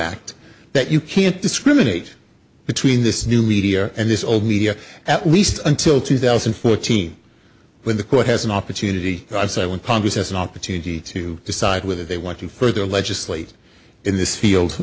act that you can't discriminate between this new media and this old media at least until two thousand and fourteen when the court has an opportunity i say when congress has an opportunity to decide whether they want to further legislate in this field